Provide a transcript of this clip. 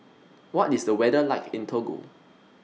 What IS The weather like in Togo